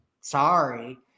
Sorry